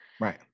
Right